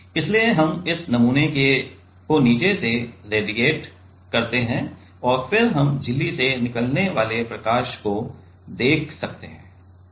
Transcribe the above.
इसलिए हम इस नमूने को नीचे से रेडिएट करते हैं और फिर हम झिल्ली से निकलने वाले प्रकाश को देख सकते हैं